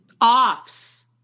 Offs